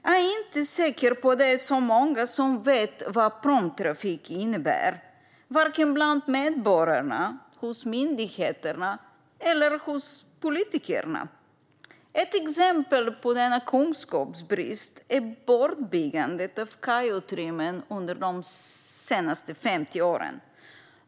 Jag är inte säker på att det är så många som vet vad pråmtrafik innebär, vare sig bland medborgarna, hos myndigheterna eller hos politikerna. Ett exempel på denna kunskapsbrist är bortbyggandet av kajutrymmen under de senaste 50 åren.